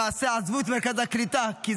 למעשה עזבו את מרכז הקליטה,